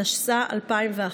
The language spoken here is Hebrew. התשס"א 2001,